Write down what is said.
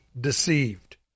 deceived